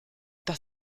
das